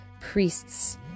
priests